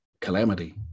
calamity